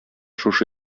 шушы